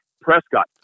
Prescott